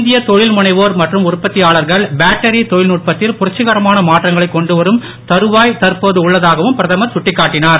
இந்திய தொழில்முனைவோர் மற்றும் உற்பத்தியாளர்கள் பேட்டரி தொழில்நுட்பத்தில் புரட்சிகரமான மாற்றங்களை கொண்டுவரும் தருவால் தற்போது உள்ள தாகவும் பிரதமர் கட்டிக்காட்டிடார்